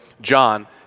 John